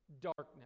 darkness